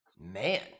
Man